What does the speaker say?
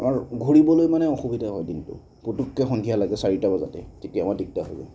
আমাৰ ঘূৰিবলৈ মানে অসুবিধা হয় দিনটোত পুটুককৈ সন্ধিয়া লাগে চাৰিটা বজাতেই তেতিয়া আমাৰ দিগদাৰ হয়গৈ